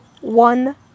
one